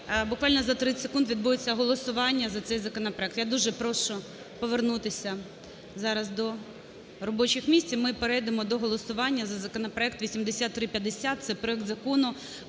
буквально за 30 секунд відбудеться голосування за цей законопроект. Я дуже прошу повернутися зараз до робочих місць, і ми перейдемо до голосування за законопроект 8350. Це проект Закону